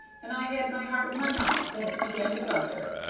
and i had my heart in my mouth when it began to thunder.